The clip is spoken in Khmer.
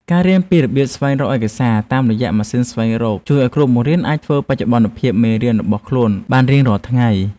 ការរៀនពីរបៀបស្វែងរកឯកសារតាមរយៈម៉ាស៊ីនស្វែងរកជួយឱ្យគ្រូបង្រៀនអាចធ្វើបច្ចុប្បន្នភាពមេរៀនរបស់ខ្លួនបានរៀងរាល់ថ្ងៃ។